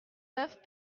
neuf